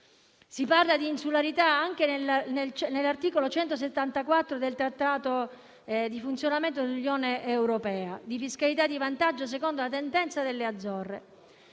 Si parla di insularità anche nell'articolo 174 del Trattato sul funzionamento dell'Unione europea, che significa anche fiscalità di vantaggio secondo la tendenza delle Azzorre.